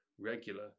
regular